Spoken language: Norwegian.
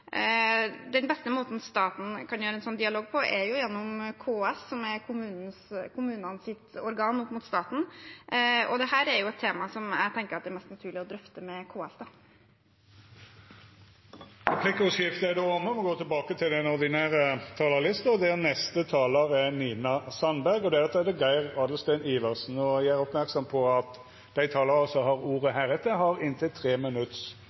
Den beste måten staten kan ha en sånn dialog på, er gjennom KS, som er kommunenes organ opp mot staten. Dette er et tema som jeg tenker at det er mest naturlig å drøfte med KS. Replikkordskiftet er omme. Dei talarane som heretter får ordet, har ei taletid på inntil 3 minutt. Riksrevisjonens rapport om samisk opplæring i skolen er viktig, og jeg er